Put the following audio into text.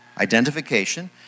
identification